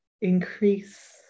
increase